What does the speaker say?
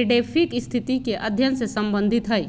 edaphic स्थिति के अध्ययन से संबंधित हई